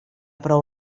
prou